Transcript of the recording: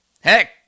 heck